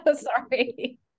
Sorry